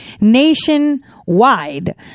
nationwide